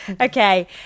Okay